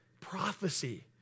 prophecy